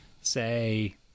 say